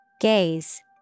Gaze